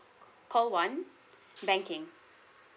call one banking